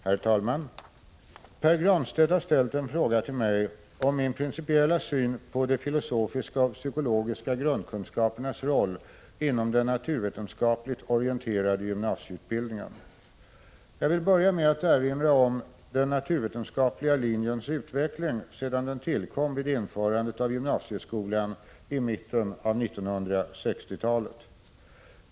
Herr talman! Pär Granstedt har ställt en fråga till mig om min principiella syn på de filosofiska och psykologiska grundkunskapernas roll inom den naturvetenskapligt orienterade gymnasieutbildningen. Jag vill börja med att erinra om den naturvetenskapliga linjens utveckling sedan den tillkom vid införandet av gymnasieskolan i mitten av 1960-talet.